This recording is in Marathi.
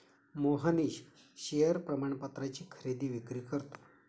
मोहनीश शेअर प्रमाणपत्राची खरेदी विक्री करतो